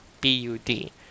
P-U-D